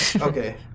Okay